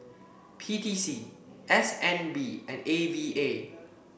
P T C S N B and A V A